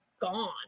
gone